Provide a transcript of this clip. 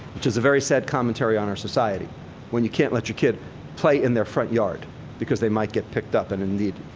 which is a very sad commentary on our society when you can't let your kid play in their front yard because they might get picked up and indeed,